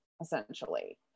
essentially